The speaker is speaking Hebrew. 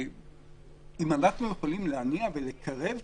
אם אנחנו יכולים להניע ולקרב פה,